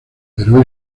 pero